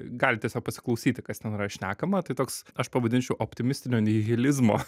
gali tiesiog pasiklausyti kas ten yra šnekama tai toks aš pavadinčiau optimistinio nihilizmo